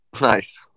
Nice